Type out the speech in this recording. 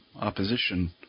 opposition